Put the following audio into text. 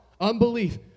unbelief